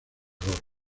calor